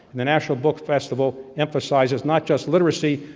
the national book festival emphasizes, not just literacy,